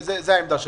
כי